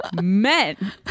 Men